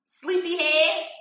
sleepyhead